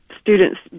students